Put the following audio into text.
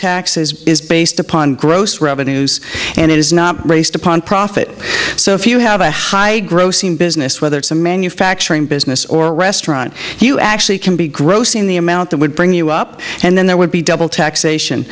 taxes is based upon gross revenues and it is not based upon profit so if you have a high grossing business whether it's a manufacturing business or a restaurant you actually can be grossing the amount that would bring you up and then there would be double taxation